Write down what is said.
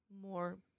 more